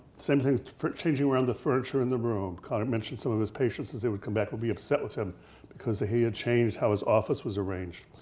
same thing with changing around the furniture in the room. kanner mentioned some of his patients, as they would come back would be upset with him because he had changed how his office was arranged.